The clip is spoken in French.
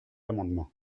amendement